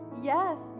Yes